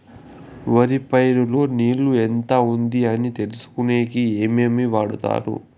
వరి పైరు లో నీళ్లు ఎంత ఉంది అని తెలుసుకునేకి ఏమేమి వాడతారు?